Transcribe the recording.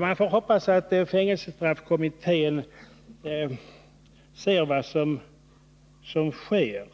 Man får hoppas att fängelsestraffkommittén ser vad som sker.